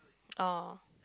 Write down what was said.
oh